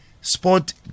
sport